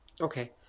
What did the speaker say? Okay